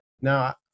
Now